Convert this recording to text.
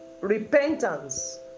Repentance